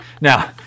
now